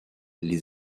les